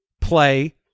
play